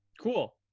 cool